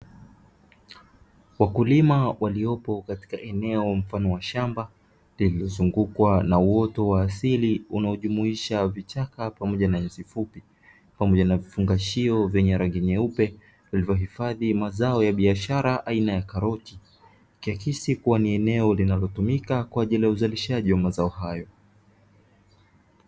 Wakulima waliopo katika eneo mfano wa shamba lililozungukwa na uoto wa asili unaojimuhisha vichaka pamoja na nyasi fupi, pamoja vifungashio vyenye rangi nyeupe vilivyohifadhi mazao ya biashara aina ya karoti. Ikiakisi kuwa ni eneo linalotumika kwa ajili ya uzalishaji wa mazao hayo.